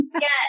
Yes